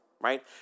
right